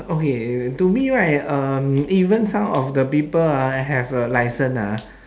okay to me right um even some of the people ah have a licence ah